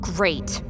Great